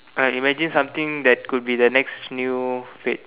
uh imagine something that could be the next new fad